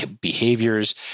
behaviors